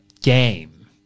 game